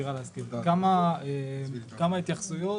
כמה התייחסויות,